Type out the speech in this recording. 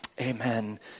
Amen